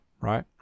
right